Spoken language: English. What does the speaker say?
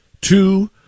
Two